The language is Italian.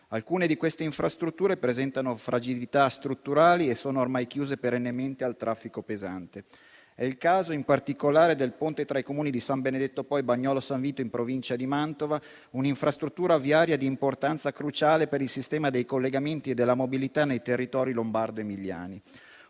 Alcune di quelle infrastrutture presentano fragilità strutturali e sono ormai chiuse perennemente al traffico pesante: è il caso, in particolare, del ponte tra i Comuni di San Benedetto Po e Bagnolo San Vito, in provincia di Mantova, un'infrastruttura viaria d'importanza cruciale per il sistema dei collegamenti e della mobilità nei territori lombardo-emiliani.